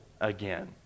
again